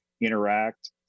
interact